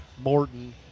Morton